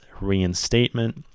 reinstatement